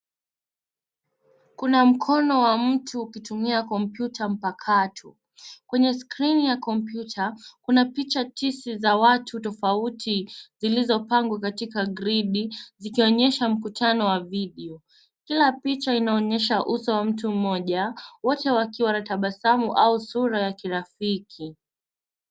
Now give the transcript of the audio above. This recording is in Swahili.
Kuna mkono wa mtu ukitumia kompyuta mpakato. Kwenye skrini ya kompyuta kuna picha tisa za watu tofauti zilizopangwa katika (cs)gridi(cs), zikionyesha mkutano wa video. Kila picha inaonyesha uso wa mtu mmoja, wote wakiwa wanatabasamu au wenye sura ya kirafiki.